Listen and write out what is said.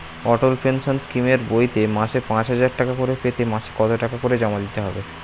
অটল pension স্কিমের বইতে মাসে পাঁচ হাজার টাকা করে পেতে মাসে কত টাকা করে জমা দিতে হবে?